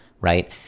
right